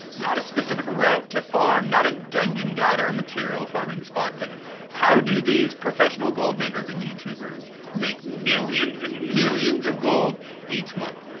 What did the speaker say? not a specific route to farm, not a drungeon guide, or material farming spot. but how do these professional gold makers and youtubers make millions and millions of gold each month?